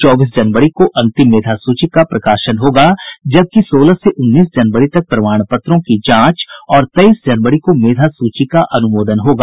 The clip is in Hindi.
चौबीस जनवरी को अंतिम मेधा सूची का प्रकाशन होगा जबकि सोलह से उन्नीस जनवरी तक प्रमाण पत्रों की जांच और तेईस जनवरी को मेधा सूची का अनुमोदन होगा